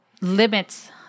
limits